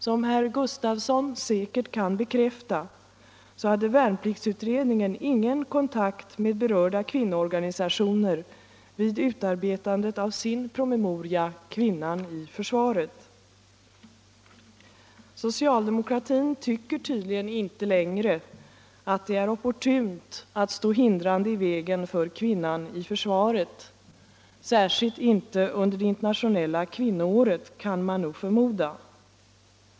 Som herr Gustavsson i Eskilstuna säkert kan bekräfta så hade värnpliktsutredningen ingen kontakt med berörda kvinnoorganisationer vid utarbetandet av sin promemoria Kvinnan i försvaret. Socialdemokratin tycker tydligen inte längre att det är oppurtunt att stå hindrande i vägen för kvinnan i försvaret — särskilt inte under det internationella kvinnoåret, kan man förmoda.